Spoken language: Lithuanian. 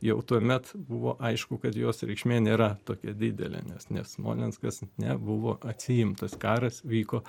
jau tuomet buvo aišku kad jos reikšmė nėra tokia didelė nes ne smolenskas nebuvo atsiimtas karas vyko